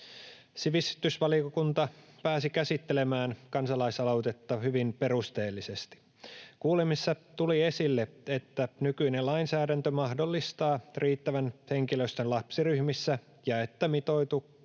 Sivistysvaliokunta pääsi käsittelemään kansalaisaloitetta hyvin perusteellisesti. Kuulemisissa tuli esille, että nykyinen lainsäädäntö mahdollistaa riittävän henkilöstön lapsiryhmissä ja että mitoituksesta